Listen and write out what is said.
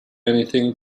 anything